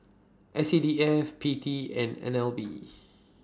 S C D F P T and N L B